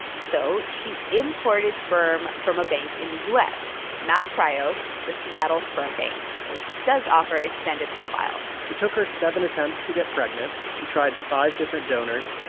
so she imported sperm from a bank in the u s. not cryos, the seattle sperm bank, bank, which does offer extended profiles it took her seven attempts to get pregnant. she tried five different donors.